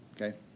Okay